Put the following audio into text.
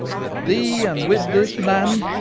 with thee and with this land!